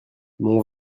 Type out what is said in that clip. mon